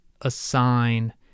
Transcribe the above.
assign